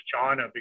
China